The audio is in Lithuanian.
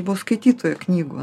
buvau skaitytoja knygų